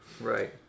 right